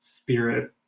spirit